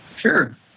Sure